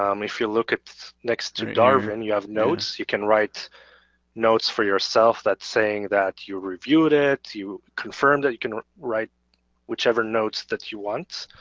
um if you look next to darwin you have notes, you can write notes for yourself that's saying that you reviewed it, you confirmed that you can write whichever notes that you want.